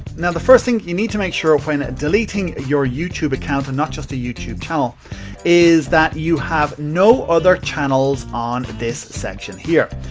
now, the first thing you need to make sure when ah deleting your youtube account and not just your youtube channel is that you have no other channels on this section here.